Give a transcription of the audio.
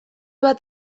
bat